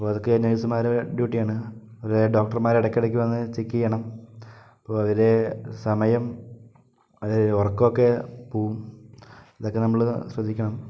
അപ്പോൾ അതൊക്കെ നേഴ്സുമാരുടെ ഡ്യൂട്ടിയാണ് അത് ഡോക്ടർമാർ ഇടക്കിടയ്ക്ക് വന്ന് ചെക്ക് ചെയ്യണം അപ്പോൾ അതില് സമയം ഉറക്കമൊക്കെ പോകും അതൊക്കെ നമ്മള് ശ്രദ്ധിക്കണം